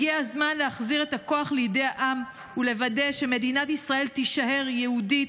הגיע הזמן להחזיר את הכוח לידי העם ולוודא שמדינת ישראל תישאר יהודית,